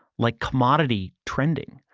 like commodity trending.